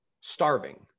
starving